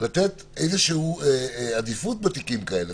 לתת איזושהי עדיפות בתיקים האלה?